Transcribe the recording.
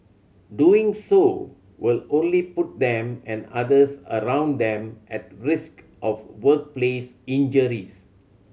doing so will only put them and others around them at risk of workplace injuries